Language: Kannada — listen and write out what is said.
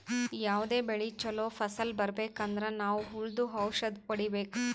ಯಾವದೇ ಬೆಳಿ ಚೊಲೋ ಫಸಲ್ ಬರ್ಬೆಕ್ ಅಂದ್ರ ನಾವ್ ಹುಳ್ದು ಔಷಧ್ ಹೊಡಿಬೇಕು